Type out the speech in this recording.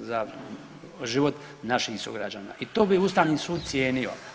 za život naših sugrađana i to bi ustavni sud cijenio.